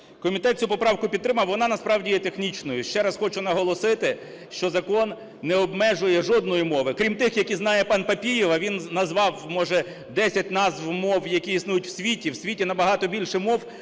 Комітет цю поправку підтримав. Вона, насправді, є технічною. Ще раз хочу наголосити, що закон не обмежує жодної мови. Крім тих, які знає пан Папієв, а він назвав може десять назв мов, які існують в світі, в світі набагато більше мов,